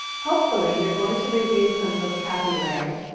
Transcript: hopefully, you're going to review some vocabulary.